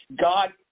God